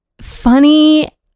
funny